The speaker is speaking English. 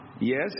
Yes